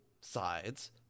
sides